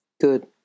Good